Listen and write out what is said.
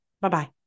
Bye-bye